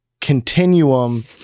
continuum